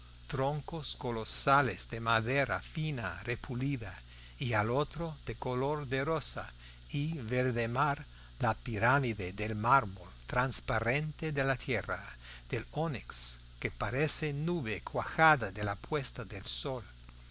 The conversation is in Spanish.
troncos colosales de madera fina repulida y al otro de color de rosa y verdemar la pirámide del mármol transparente de la tierra del ónix que parece nube cuajada de la puesta de sol